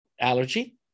allergy